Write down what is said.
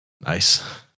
Nice